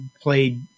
played